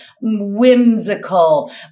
whimsical